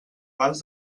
vas